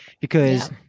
because-